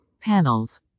Panels